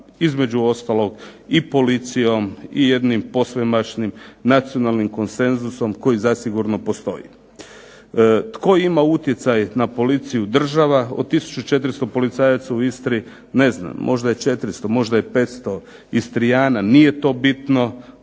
između ostalog i policijom i jednim posvemašnjim nacionalnim konsenzusom koji zasigurno postoji. Tko ima utjecaj na policiju? Država. Od 1400 policajaca u Istri ne znam možda je 400, možda je 500 Istrijana. Nije to bitno.